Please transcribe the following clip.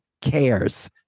cares